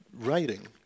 writing